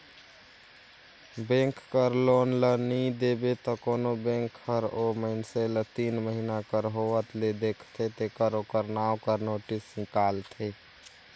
bank कर loan ल नी देबे त कोनो बेंक हर ओ मइनसे ल तीन महिना कर होवत ले देखथे तेकर ओकर नांव कर नोटिस हिंकालथे